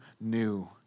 new